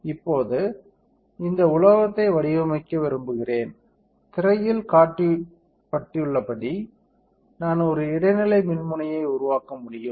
இப்போது இந்த உலோகத்தை வடிவமைக்க விரும்புகிறேன் திரையில் காட்டப்பட்டுள்ளபடி நான் ஒரு இடைநிலை மின்முனையை உருவாக்க முடியும்